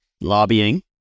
lobbying